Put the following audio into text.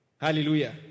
Hallelujah